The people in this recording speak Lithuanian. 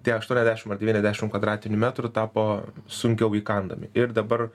tie aštuoniasdešimt ar devyniasdešimt kvadratinių metrų tapo sunkiau įkandami ir dabar